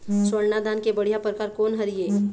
स्वर्णा धान के बढ़िया परकार कोन हर ये?